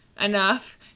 enough